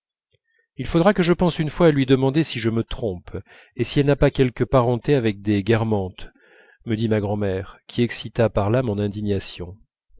il faudra que je pense une fois à lui demander si je me trompe et si elle n'a pas quelque parenté avec les guermantes me dit ma grand'mère qui excita par là mon indignation